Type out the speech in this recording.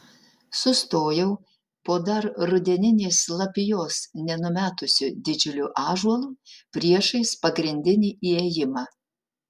sustojau po dar rudeninės lapijos nenumetusiu didžiuliu ąžuolu priešais pagrindinį įėjimą